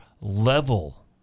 level